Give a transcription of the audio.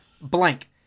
Blank